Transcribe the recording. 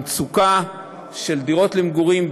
המצוקה של דירות למגורים,